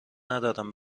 ندارم